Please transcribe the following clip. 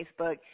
Facebook